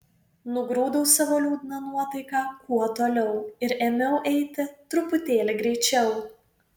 nugrūdau savo liūdną nuotaiką kuo toliau ir ėmiau eiti truputėlį greičiau